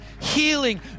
healing